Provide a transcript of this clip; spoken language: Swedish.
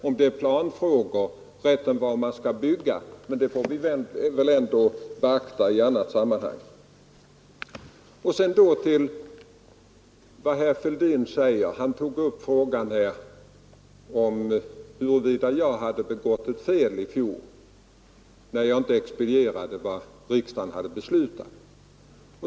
Om det gäller planfrågor eller var man skall ha byggnadsrätt, så får vi beakta detta i annat sammanhang. Det var herr Fälldin som tog upp frågan huruvida jag hade begått ett fel i fjol när jag inte expedierade vad riksdagen hade beslutat.